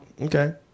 okay